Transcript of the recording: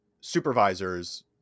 supervisors